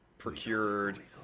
Procured